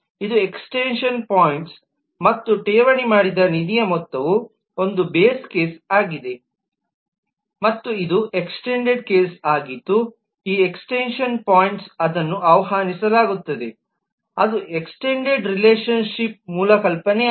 ಇದು extension point ಮತ್ತು ಠೇವಣಿ ಮಾಡಿದ ನಿಧಿಯ ಮೊತ್ತವು ಒಂದು ಬೇಸ್ ಕೇಸ್ ಆಗಿದೆ ಮತ್ತು ಇದು ಎಕ್ಸ್ಟೆಂಡೆಡ್ ಕೇಸ್ ಆಗಿದ್ದು ಈ ಎಕ್ಸ್ಟೆನ್ಶನ್ ಪಾಯಿಂಟ್ ಅದನ್ನು ಆಹ್ವಾನಿಸಲಾಗುತ್ತದೆ ಅದು ಎಕ್ಸ್ಟೆಂಡೆಡ್ ರಿಲೇಷನ್ಶಿಪ್ ಮೂಲ ಕಲ್ಪನೆ